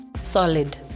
solid